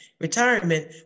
retirement